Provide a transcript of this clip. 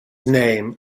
name